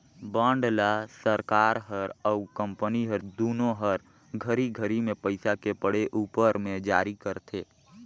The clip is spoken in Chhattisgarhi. बांड ल सरकार हर अउ कंपनी हर दुनो हर घरी घरी मे पइसा के पड़े उपर मे जारी करथे